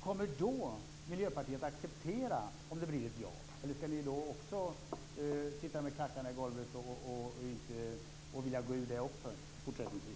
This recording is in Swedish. kommer då Miljöpartiet att acceptera om det blir ett ja, eller skall ni då också sätta klackarna i backen och vilja gå ur även fortsättningsvis?